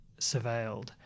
surveilled